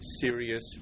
serious